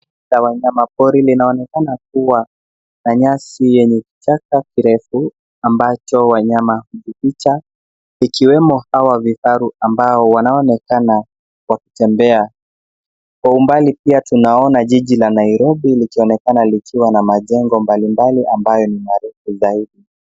Mbuga la wanyama pori linaonekana kua na nyasi yenye vichaka virefu ambacho wanyama hujificha, ikiwemo, hawa vifaru ambao waonekana wakitembea. Kwa umbali pia tunaona jiji la Nairobi, likionekana likiwa na majengo mbalimbali ambayo ni marefu zaidi.